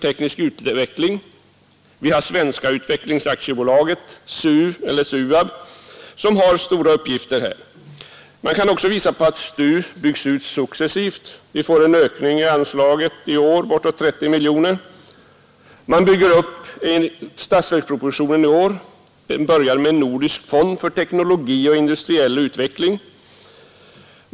Vi har vidare Svenska utvecklingsaktiebolaget — SUAB — som här har stora uppgifter. Man kan också peka på att STU successivt byggs ut; man får i år en ökning av anslaget med bortåt 30 miljoner kronor. I statsverkspropositionen föreslås vidare att man i år skall påbörja uppbyggandet av en nordisk fond för teknologi och industriell utveckling.